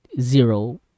Zero